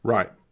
Right